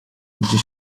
gdzie